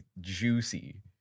juicy